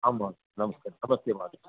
आमां नमस्ते नमस्ते महोदय